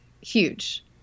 huge